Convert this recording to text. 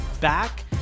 back